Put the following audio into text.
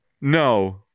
No